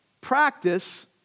practice